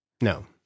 No